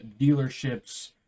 dealerships